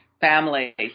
family